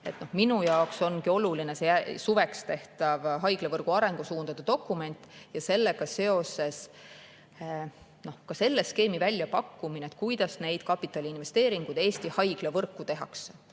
Minu jaoks ongi oluline see suveks tehtav haiglavõrgu arengusuundade dokument ja sellega seoses selle skeemi väljapakkumine, kuidas kapitaliinvesteeringuid Eesti haiglavõrku tehakse.